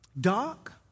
Doc